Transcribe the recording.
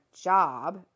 job